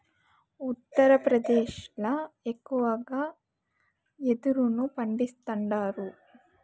ఉత్తరప్రదేశ్ ల ఎక్కువగా యెదురును పండిస్తాండారు